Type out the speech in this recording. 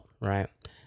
right